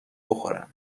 بخورن